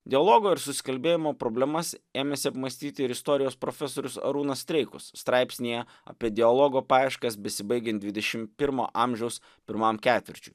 dialogo ir susikalbėjimo problemas ėmėsi apmąstyti ir istorijos profesorius arūnas streikus straipsnyje apie dialogo paieškas besibaigiant dvidešimt pirmo amžiaus pirmam ketvirčiui